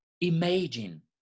imagine